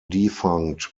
defunct